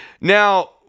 Now